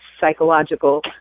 psychological